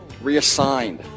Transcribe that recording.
reassigned